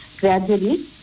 gradually